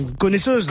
connaisseuse